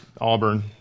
Auburn